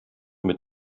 mit